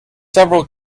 several